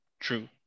true